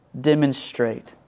demonstrate